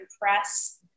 press